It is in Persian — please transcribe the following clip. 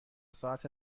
ساعت